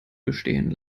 bestehen